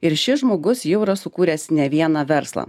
ir šis žmogus jau yra sukūręs ne vieną verslą